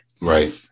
right